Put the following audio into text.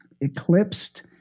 eclipsed